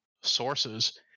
sources